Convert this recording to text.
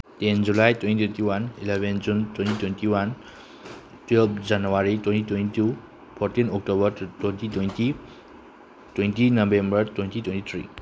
ten July twenty twenty one eleven June twenty twenty one twelve January twenty twenty two fourteen October twenty twenty twenty November twenty twenty three